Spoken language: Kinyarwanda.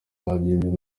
babyinnye